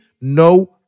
no